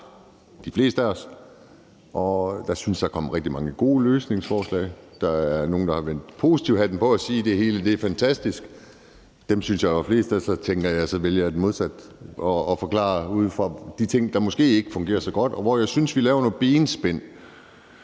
et problem, og jeg synes, der kom rigtig mange gode løsningsforslag. Der var nogle, der valgte at tage den positive hat på og sige, at det hele er fantastisk. Dem synes jeg der var flest af, og så tænker jeg, at jeg modsat vælger at forklare det ud fra de ting, der måske ikke fungerer så godt, og som jeg også synes vi herindefra laver nogle benspænd